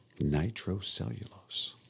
Nitrocellulose